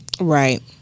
right